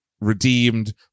redeemed